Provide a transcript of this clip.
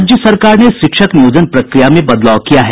राज्य सरकार ने शिक्षक नियोजन प्रक्रिया में बदलाव किया है